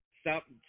stop